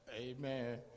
amen